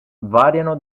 variano